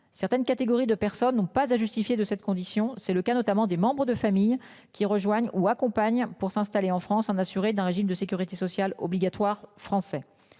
Certaines catégories de personnes n'ont pas à justifier de cette condition. C'est le cas notamment des membres de familles qui rejoignent ou accompagnent pour s'installer en France en assurer d'un régime de Sécurité sociale obligatoire français.